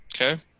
Okay